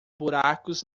buracos